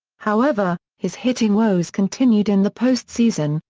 however, his hitting woes continued in the post-season,